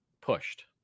pushed